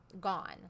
gone